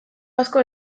asko